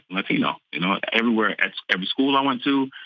latino, you know, everywhere, at every school i went to.